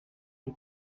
ari